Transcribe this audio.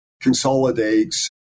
consolidates